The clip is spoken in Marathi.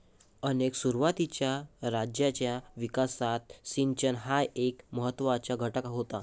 अनेक सुरुवातीच्या राज्यांच्या विकासात सिंचन हा एक महत्त्वाचा घटक होता